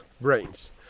brains